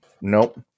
Nope